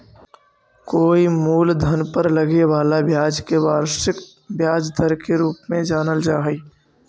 कोई मूलधन पर लगे वाला ब्याज के वार्षिक ब्याज दर के रूप में जानल जा हई